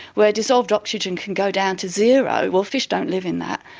where dissolved oxygen can go down to zero. well, fish don't live in that.